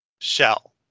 shell